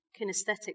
kinesthetic